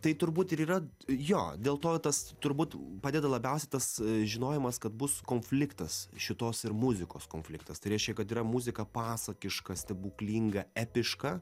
tai turbūt ir yra jo dėl to tas turbūt padeda labiausia tas žinojimas kad bus konfliktas šitos ir muzikos konfliktas tai reiškia kad yra muzika pasakiška stebuklinga epiška